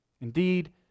Indeed